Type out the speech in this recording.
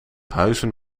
huizen